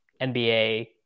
nba